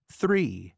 three